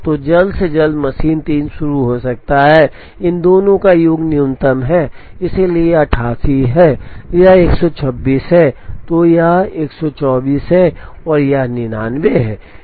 तो जल्द से जल्द मशीन 3 शुरू हो सकती है इन दोनों का योग न्यूनतम है इसलिए यह 88 है यह 126 है यह 124 है और यह 99 है